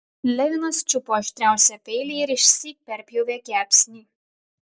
levinas čiupo aštriausią peilį ir išsyk perpjovė kepsnį